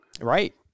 right